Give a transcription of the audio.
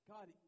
God